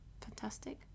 Fantastic